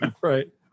Right